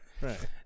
Right